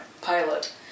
pilot